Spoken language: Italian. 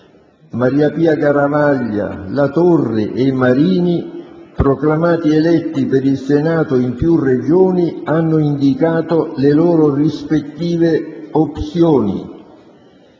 Mariapia Garavaglia, Latorre e Marini, proclamati eletti per il Senato in più Regioni, hanno indicato le loro rispettive opzioni: